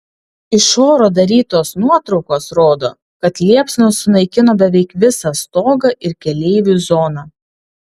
iš oro darytos nuotraukos rodo kad liepsnos sunaikino beveik visą stogą ir keleivių zoną